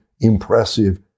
impressive